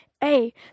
hey